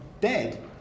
dead